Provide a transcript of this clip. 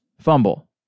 fumble